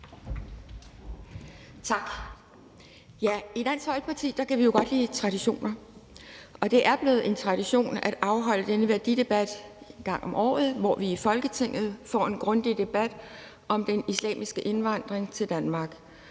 Tak. I Dansk Folkeparti kan vi jo godt lide traditioner, og det er blevet en tradition at afholde denne værdidebat en gang om året, hvor vi i Folketinget får en grundig debat om den islamiske indvandring til Danmark,